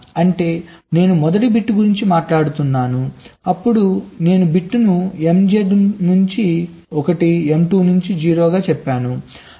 అంటే నేను మొదటి బిట్ గురించి మాట్లాడుతున్నాను అప్పుడు నేను బిట్ ను MZ to 1 MO to 0 గా చెప్పాను